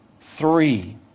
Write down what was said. three